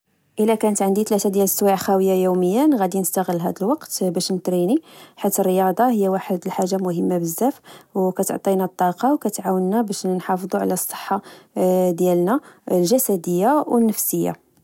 إلا كانت عندي ثلاثة ديال السوايع خاويا يومياً، غادي نستغل هاد الوقت باش نتريني. حيت الرياضة هي واحد الحاجة المهمة بزاف، و كتعطينا الطاقة وكتعاونك تحافظ على الصحة ديلنا الجسدية والنفسية.